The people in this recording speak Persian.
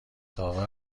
داور